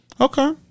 Okay